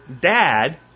dad